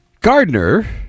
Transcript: Gardner